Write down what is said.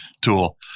tool